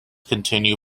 continue